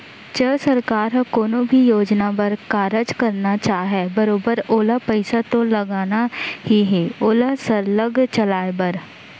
च सरकार ह कोनो भी योजना बर कारज करना चाहय बरोबर ओला पइसा तो लगना ही हे ओला सरलग चलाय बर